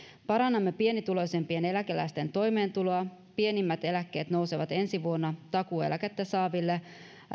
parannamme pienituloisimpien eläkeläisten toimeentuloa pienimmät eläkkeet nousevat ensi vuonna takuueläkettä saaville